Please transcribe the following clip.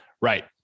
Right